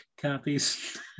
copies